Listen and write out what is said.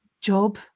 job